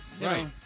Right